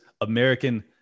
American